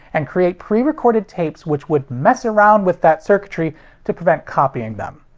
and create pre-recorded tapes which would mess around with that circuitry to prevent copying them.